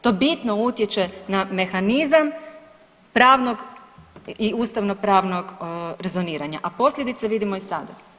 To bitno utječe na mehanizam pravnog i ustavnopravnog rezoniranja, a posljedice vidimo i sada.